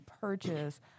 purchase